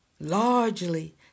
Largely